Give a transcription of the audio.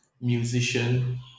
musician